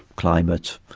climate,